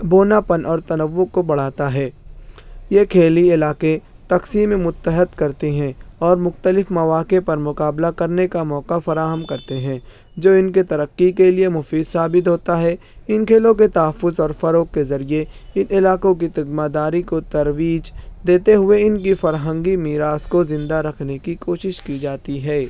بوناپن اور تنوع کو بڑھاتا ہے یہ کھیلی علاقے تقسیم متحد کرتے ہیں اور مختلف مواقع پر مقابلہ کرنے کا موقعہ فراہم کرتے ہیں جو ان کے ترقی کے لئے مفید ثابت ہوتا ہے ان کھیلو کے تحفظ اور فروغ کے ذریعے ان علاقوں کے تگماداری کو ترویج دیتے ہوئے ان کی فرہنگی میراث کو زندہ رکھنے کی کوشش کی جاتی ہے